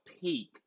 peak